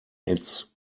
its